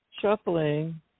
shuffling